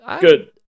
Good